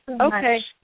okay